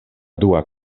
dua